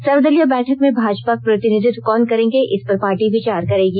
सर्वदलीय बैठक में भाजपा का प्रतिनिधित्व कौन करेंगे इस पर पार्टी विचार करेगी